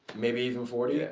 maybe even forty yeah